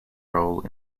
role